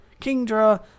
Kingdra